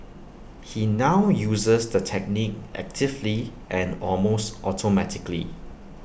he now uses the technique actively and almost automatically